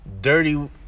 dirty